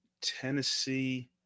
Tennessee